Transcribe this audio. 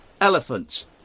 elephants